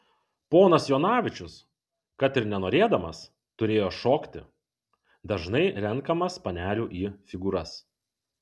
ponas jonavičius kad ir nenorėdamas turėjo šokti dažnai renkamas panelių į figūras